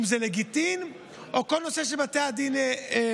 אם זה לגיטין, או כל נושא שבתי הדין מטפלים